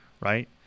Right